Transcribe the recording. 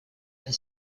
and